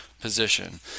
position